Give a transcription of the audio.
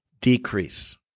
decrease